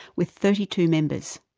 with thirty two members.